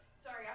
Sorry